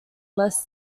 less